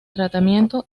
tratamiento